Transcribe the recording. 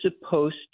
supposed